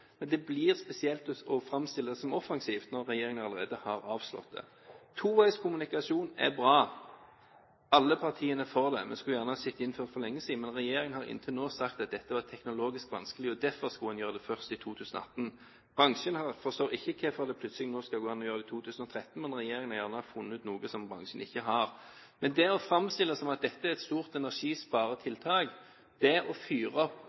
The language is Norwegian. Men det blir spesielt å framstille det som offensivt når regjeringen allerede har avslått det. Toveiskommunikasjon er bra. Alle partiene er for det, men vi skulle gjerne ha sett det innført for lenge siden. Men regjeringen har inntil nå sagt at dette var teknologisk vanskelig, og derfor skulle en gjøre det først i 2018. Bransjen forstår i hvert fall ikke hvorfor det plutselig nå skulle gå an å gjøre det i 2013, men regjeringen har gjerne funnet noe som bransjen ikke har. Men å framstille det som om dette er et stort energisparetiltak: Det å fyre